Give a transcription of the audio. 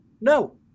No